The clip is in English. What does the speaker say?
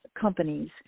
companies